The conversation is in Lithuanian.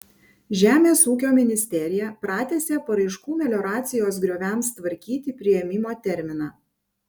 žemės ūkio ministerija pratęsė paraiškų melioracijos grioviams tvarkyti priėmimo terminą